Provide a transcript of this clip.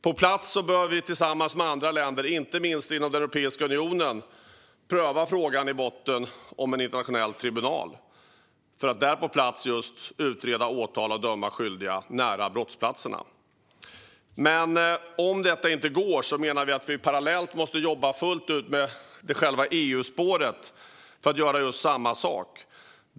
Vi bör tillsammans med andra länder, inte minst inom Europeiska unionen, pröva frågan om en internationell tribunal för att på plats utreda, åtala och döma skyldiga nära brottsplatserna. Om detta inte går menar vi att man parallellt måste jobba fullt ut med EU-spåret för att göra samma sak.